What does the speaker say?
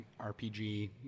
RPG